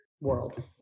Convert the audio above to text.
world